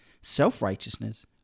self-righteousness